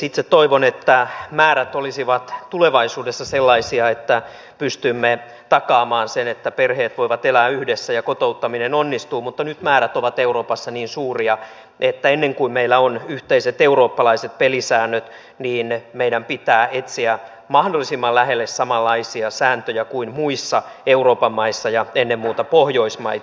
itse toivon että määrät olisivat tulevaisuudessa sellaisia että pystymme takaamaan sen että perheet voivat elää yhdessä ja kotouttaminen onnistuu mutta nyt määrät ovat euroopassa niin suuria että ennen kuin meillä on yhteiset eurooppalaiset pelisäännöt niin meidän pitää etsiä mahdollisimman lähelle samanlaisia sääntöjä kuin muissa euroopan maissa ja ennen muuta pohjoismaissa